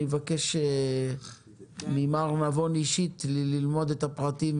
אני מבקש ממר נבון אישית ללמוד את הפרטים.